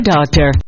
Doctor